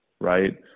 right